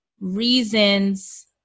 reasons